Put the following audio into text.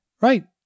right